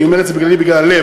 אני אומר "בגללי" בגלל הלב,